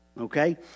Okay